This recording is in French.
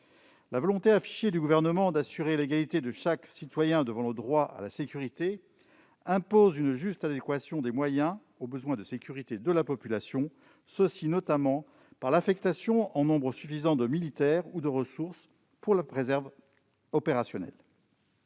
La volonté affichée par le Gouvernement d'assurer l'égalité de chaque citoyen devant le droit à la sécurité impose une juste adéquation des moyens aux besoins de sécurité de la population, ce qui nécessite notamment l'affectation en nombre suffisant de militaires ou de ressources pour la réserve opérationnelle.